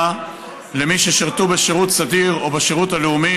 למי ששירתו בשירות סדיר או בשירות הלאומי,